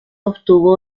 obtuvo